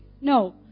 No